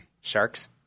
Sharks